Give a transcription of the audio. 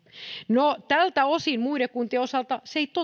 no tältä osin muiden kuntien osalta se ei